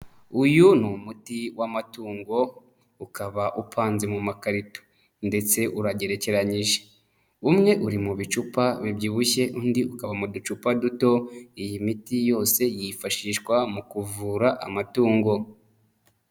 Uyu ni umuti w'amatungo ukaba upanze mu makarito ndetse uragerekeranyije, umwe uri mu bicupa bibyibushye undi ukaba mu ducupa duto, iyi miti yose yifashishwa mu kuvura amatungo.